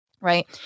right